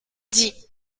dit